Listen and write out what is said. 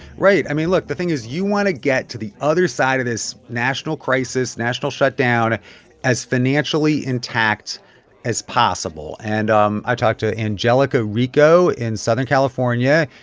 right. i mean, look the thing is you want to get to the other side of this national crisis, national shutdown as financially intact as possible. and um i talked to angelica rico in southern california.